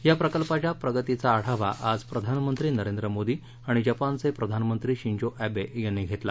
या प्रकल्पाच्या प्रगतीचा आढावा आज प्रधानमंत्री नरेंद्र मोदी आणि जपानचे प्रधानमंत्री शिंजो आवे यांनी घेतला